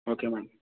okay madam